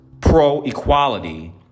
pro-equality